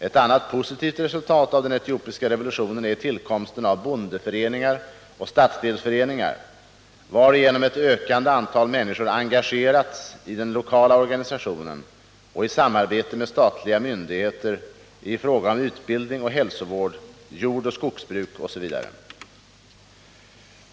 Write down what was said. Ett annat positivt resultat av den etiopiska revolutionen är tillkomsten av bondeföreningar och stadsdelsföreningar, varigenom ett ökande antal människor engagerats i den lokala organisationen och i samarbete med statliga myndigheter i fråga om utbildning och hälsovård, jordoch skogsbruk osv.